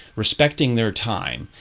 respecting their time.